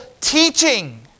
teaching